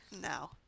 No